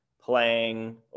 playing